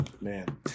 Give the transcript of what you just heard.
Man